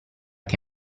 che